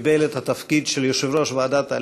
קיבל את התפקיד של יושב-ראש ועדת העלייה,